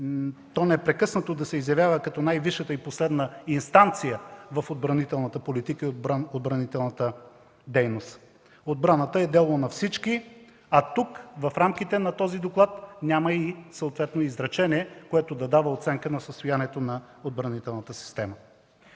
то непрекъснато да се изявява като най-висшата и последна инстанция в отбранителната политика и дейност, отбраната е дело на всички, а тук, в рамките на този доклад, няма и съответно изречение, което да дава оценка на състоянието на отбранителната система.